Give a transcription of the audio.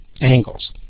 angles